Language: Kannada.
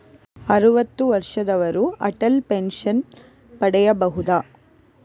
ಅರುವತ್ತು ವರ್ಷದವರು ಅಟಲ್ ಪೆನ್ಷನ್ ಪಡೆಯಬಹುದ?